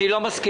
אני לא מסכים.